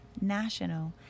national